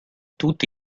tutti